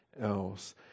else